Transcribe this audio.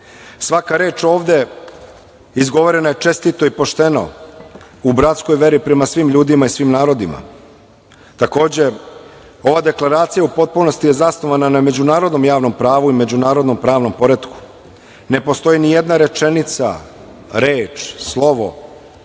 Svaka reč ovde izgovorena je čestito i pošteno u bratskoj veri prema svim ljudima i svima narodima. Takođe, ova deklaracija u potpunost je zasnovana na međunarodnom javnom pravu i međunarodnom javnom poretku. Ne postoji nijedna rečenica, reč, slovo